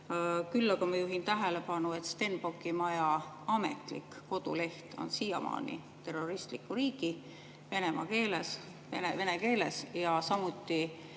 Küll aga ma juhin tähelepanu, et Stenbocki maja ametlik koduleht on siiamaani [ka] terroristliku riigi, Venemaa keeles, vene